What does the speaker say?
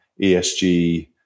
ESG